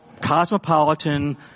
cosmopolitan